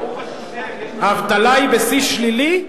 האבטלה היא בשיא שלילי,